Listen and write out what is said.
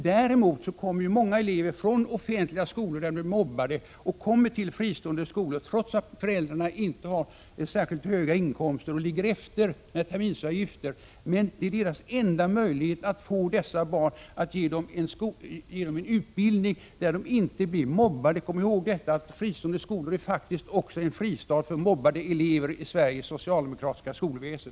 Däremot kommer många elever från offentliga skolor, där de blivit mobbade, över till fristående skolor, trots att föräldrarna inte har särskilt höga inkomster och kanske kommer efter med terminsavgifter. Det är föräldrarnas enda möjlighet att ge dessa barn en utbildning i en skola där de inte blir mobbade. Kom alltså ihåg att fristående skolor faktiskt också är en fristad för elever som blivit mobbade i Sveriges socialdemokratiska skolväsen.